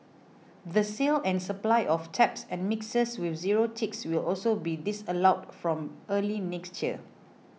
the sale and supply of taps and mixers with zero ticks will also be disallowed from early next year